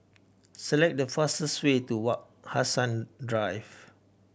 select the fastest way to Wak Hassan Drive